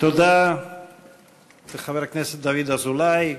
תודה לחבר הכנסת דוד אזולאי,